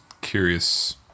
curious